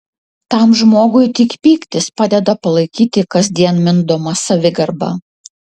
tam žmogui tik pyktis padeda palaikyti kasdien mindomą savigarbą